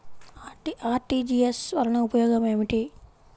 RTGS వలన ఉపయోగం ఏమిటీ?